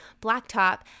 blacktop